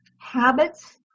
habits